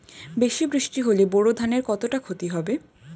বেশি বৃষ্টি হলে বোরো ধানের কতটা খতি হবে?